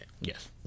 Yes